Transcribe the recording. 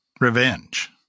revenge